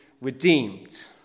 redeemed